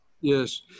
Yes